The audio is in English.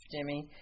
Jimmy